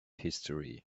history